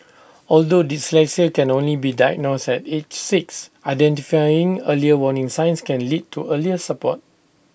although dyslexia can only be diagnosed at age six identifying early warning signs can lead to earlier support